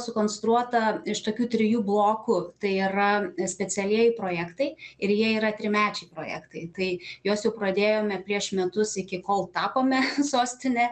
sukonstruota iš tokių trijų blokų tai yra specialieji projektai ir jie yra trimečiai projektai tai juos jau pradėjome prieš metus iki kol tapome sostine